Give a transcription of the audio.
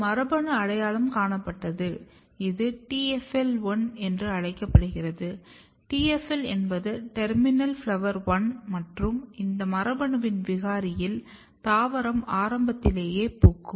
ஒரு மரபணு அடையாளம் காணப்பட்டது இது TFL1 என அழைக்கப்படுகிறது TFL என்பது TERMINAL FLOWER 1 மற்றும் இந்த மரபணுவின் விகாரியில் தாவரம் ஆரம்பத்திலேயே பூக்கும்